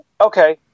okay